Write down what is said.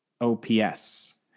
OPS